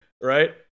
right